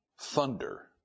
thunder